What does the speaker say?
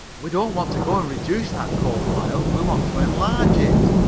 we don't want to go and reduce that coal pile, we want to enlarge it.